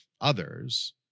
others